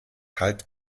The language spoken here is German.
halt